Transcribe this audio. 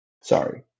Sorry